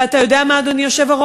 ואתה יודע מה, אדוני היושב-ראש?